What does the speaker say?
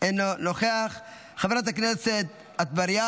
אינו נוכח, חבר הכנסת טור פז,